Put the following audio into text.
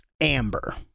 amber